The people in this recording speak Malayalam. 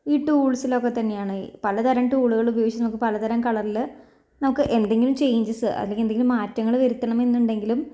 ഈ ടൂള്സിലൊക്കെ തന്നെയാണ് പലതരം ടൂളുകൾ ഉപയോഗിച്ച് നമുക്ക് പലതരം കളറിൽ നമുക്ക് എന്തെങ്കിലും ചേയ്ഞ്ചസ് അല്ലെങ്കിൽ ഏന്തെങ്കിലും മാറ്റങ്ങൾ വരുത്തണമെന്നുണ്ടെങ്കിലും